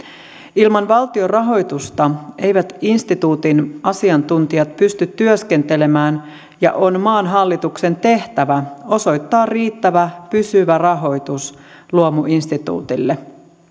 ilman valtion rahoitusta eivät instituutin asiantuntijat pysty työskentelemään ja on maan hallituksen tehtävä osoittaa riittävä pysyvä rahoitus luomuinstituutille